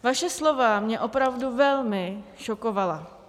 Vaše slova mě opravdu velmi šokovala.